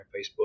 Facebook